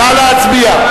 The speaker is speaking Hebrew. נא להצביע.